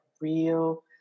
real